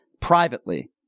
privately